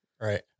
Right